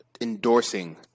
endorsing